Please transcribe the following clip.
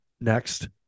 Next